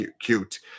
cute